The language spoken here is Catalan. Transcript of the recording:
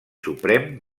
suprem